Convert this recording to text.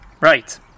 Right